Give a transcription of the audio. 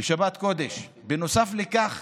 בשבת קודש, נוסף לכך